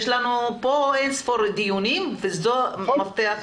יש לנו פה אין ספור דיונים, וזה המפתח לפתרון.